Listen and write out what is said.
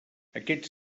aquests